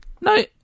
No